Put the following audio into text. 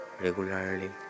regularly